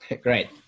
Great